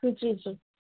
जी जी